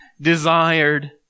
desired